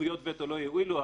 זכויות הווטו לא יועילו,